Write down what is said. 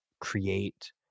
create